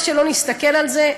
איך שלא נסתכל על זה,